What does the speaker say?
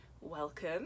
welcome